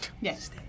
Yes